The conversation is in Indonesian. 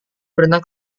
berenang